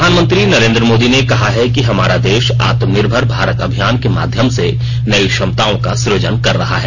प्रधानमंत्री नरेन्द्र मोदी ने कहा है कि हमारा देश आत्मनिर्भर भारत अभियान के माध्यम से नई क्षमताओं का सृजन कर रहा है